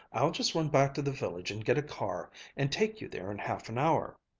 i'll just run back to the village and get a car and take you there in half an hour.